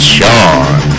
Sean